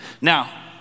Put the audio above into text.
now